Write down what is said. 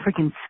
freaking